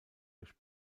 durch